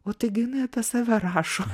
o tai gi jinai apie save rašo